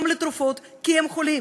גם לתרופות, כי הם חולים,